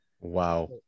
Wow